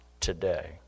today